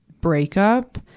breakup